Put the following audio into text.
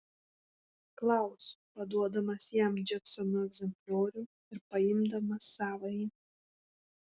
klausiu paduodamas jam džeksono egzempliorių ir paimdamas savąjį